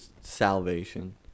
salvation